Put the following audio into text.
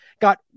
got